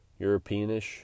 Europeanish